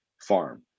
farm